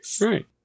Right